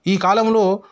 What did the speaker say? ఈ కాలంలో